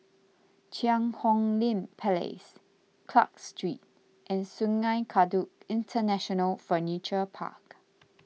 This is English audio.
Cheang Hong Lim Place Clarke Street and Sungei Kadut International Furniture Park